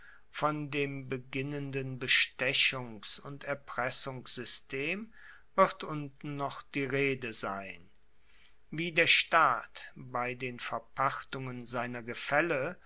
von dem beginnenden bestechungs und erpressungssystem wird unten noch die rede sein wie der staat bei den verpachtungen seiner gefaelle